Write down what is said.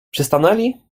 przystanęli